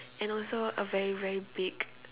and also a very very big